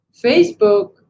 Facebook